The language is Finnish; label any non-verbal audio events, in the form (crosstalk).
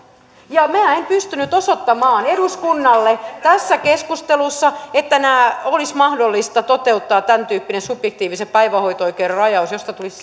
minä en pystynyt osoittamaan eduskunnalle tässä keskustelussa että olisi mahdollista toteuttaa tämän tyyppinen subjektiivisen päivähoito oikeuden rajaus josta tulisi (unintelligible)